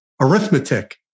arithmetic